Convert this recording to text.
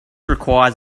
requires